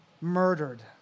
murdered